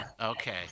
Okay